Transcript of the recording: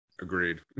Agreed